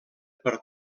per